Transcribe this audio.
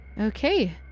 Okay